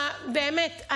באמת,